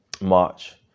March